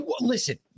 listen